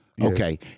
Okay